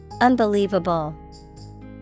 Unbelievable